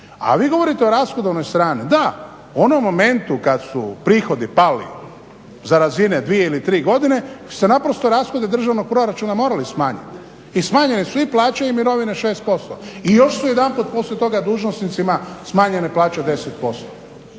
A vi govorite o rashodovnoj strani, da u onom momentu kad su prihodi pali za razine dvije ili tri godine se naprosto rashodi državnog proračuna morali smanjiti i smanjene su i plaće i mirovine 6% i još su jedanput poslije toga dužnosnicima smanjene plaće 10%.